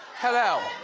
hello.